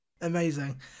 Amazing